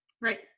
Right